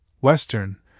Western